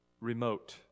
remote